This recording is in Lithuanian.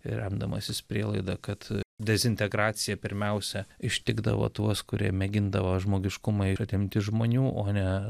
remdamasis prielaida kad dezintegracija pirmiausia ištikdavo tuos kurie mėgindavo žmogiškumą ir atimt iš žmonių o ne